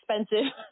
expensive